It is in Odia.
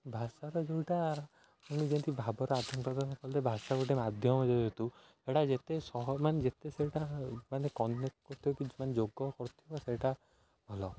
ଭାଷାର ଯେଉଁଟା ମୁଁ ଯେମିତି ଭାବରେ ଆଦାନ ପ୍ରଦାନ କଲେ ଭାଷା ଗୋଟେ ମାଧ୍ୟମ ଯେହେତୁ ସେଟା ଯେତେ ସହ ମାନ ଯେତେ ସେଇଟା ମାନେ କନେକ୍ଟ କରିଥିବ କି ଯୋଗ କରୁଥିବ ସେଇଟା ଭଲ